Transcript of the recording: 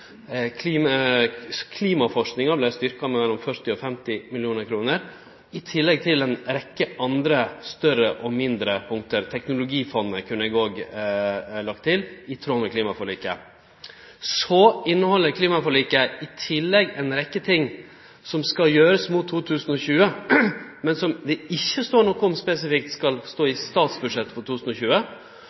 Klimaforskinga vart styrkt med mellom 40 og 50 mill. kr, i tillegg til ei rekkje andre større og mindre punkt. Teknologifondet kunne eg òg ha lagt til. Det var i tråd med klimaforliket. Så inneheld klimaforliket i tillegg ei rekkje ting som skal gjerast mot 2020, men som det ikkje står noko spesifikt om i statsbudsjettet for 2020,